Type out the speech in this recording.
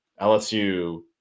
LSU